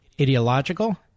ideological